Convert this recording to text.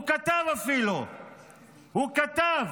הוא אפילו כתב: